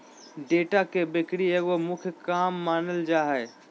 data के बिक्री एगो मुख्य काम मानल जा हइ